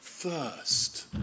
first